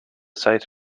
site